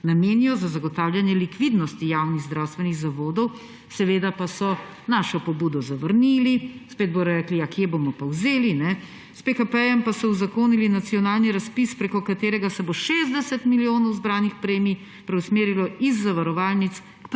namenijo za zagotavljanje likvidnosti javnih zdravstvenih zavodov, seveda pa so našo pobudo zavrnili. Spet bojo rekli – ja, kje bomo pa vzeli. S PKP-jem pa so uzakonili nacionalni razpis, preko katerega se bo 60 milijonov zbranih premij preusmerilo iz zavarovalnic